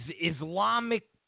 Islamic